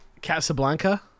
Casablanca